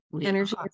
Energy